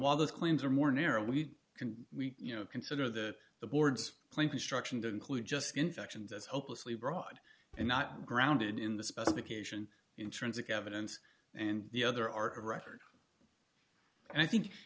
while those claims are more narrow we can we you know consider the the board's claim construction to include just infections as hopelessly broad and not grounded in the specification intrinsic evidence and the other are to record and i think